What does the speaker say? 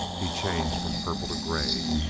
he changed from purple to gray.